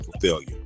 failure